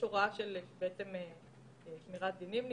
הוראה של שמירת דינים.